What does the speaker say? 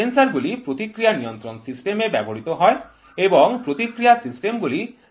sensor গুলি প্রতিক্রিয়া নিয়ন্ত্রণ সিস্টেম এ ব্যবহৃত হয় এবং প্রতিক্রিয়া সিস্টেমগুলি সেন্সরগুলি তে ব্যবহৃত হয়